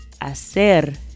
Hacer